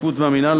השיפוט והמינהל),